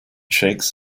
shakes